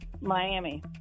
Miami